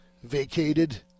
vacated